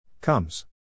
Comes